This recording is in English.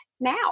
now